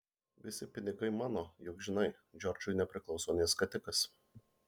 visi pinigai mano juk žinai džordžui nepriklauso nė skatikas